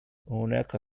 هناك